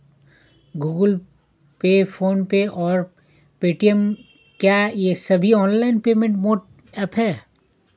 Google Pay PhonePe और Paytm क्या ये सभी ऑनलाइन पेमेंट मोड ऐप हैं?